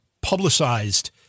publicized